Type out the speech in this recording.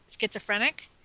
schizophrenic